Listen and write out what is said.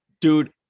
Dude